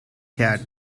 cat